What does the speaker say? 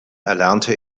erlernte